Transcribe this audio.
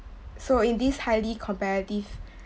so in this highly competitive